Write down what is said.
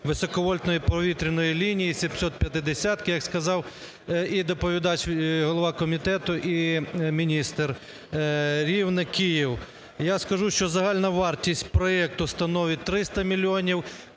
високовольтної повітряної лінії, сімсотп'ятидесятки, як сказав і доповідач, голова комітету, і міністр, Рівне-Київ. Я скажу, що загальна вартість проекту становить 300 мільйонів.